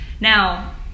now